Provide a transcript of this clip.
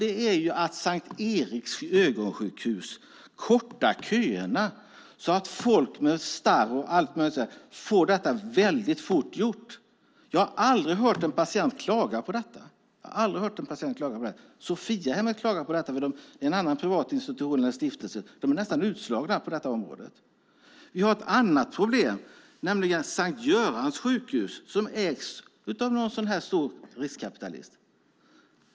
Det är att S:t Eriks ögonsjukhus kortar köerna så att folk med starr och annat får detta åtgärdat mycket fort. Jag har aldrig hört en patient klaga på detta. Sophiahemmet, som är en annan privat institution eller stiftelse, klagar på detta. De är nästan utslagna på detta område. Vi har ett annat problem, nämligen S:t Görans sjukhus som ägs av en stor riskkapitalist.